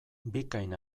bikain